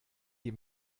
die